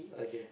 okay